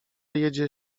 jedzie